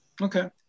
Okay